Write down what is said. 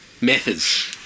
methods